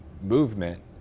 Movement